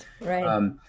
Right